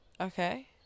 Okay